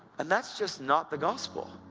and that's just not the gospel.